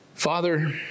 Father